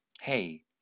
hey